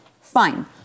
fine